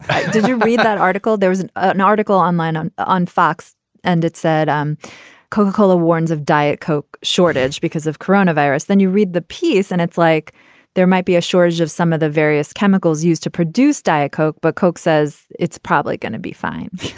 did you read that article? there was an ah an article online on on fox and it said um coca-cola warns of diet coke shortage because of coronavirus. then you read the piece and it's like there might be a shortage of some of the various chemicals used to produce diet coke, but coke says it's probably gonna be fine.